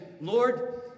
Lord